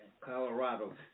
Colorado